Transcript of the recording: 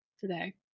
Today